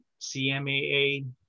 CMAA